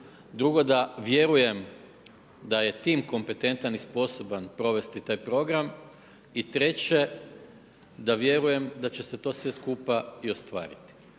Drugo da vjerujem da je tim kompetentan i sposoban provesti taj program. I treće da vjerujem da će se to sve skupa i ostvariti.